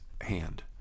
hand